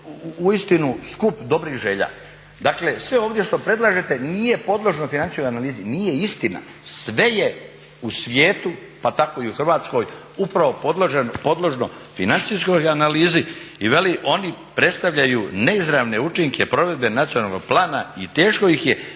uistinu skup dobrih želja, dakle sve ovdje što predlažete nije podložno financijskoj analizi. Nije istina, sve je u svijetu pa tako i u Hrvatskoj upravo podložno financijskoj analizi. I veli oni predstavljaju neizravne učinke provedbe nacionalnog plana i teško ih je